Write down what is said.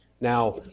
Now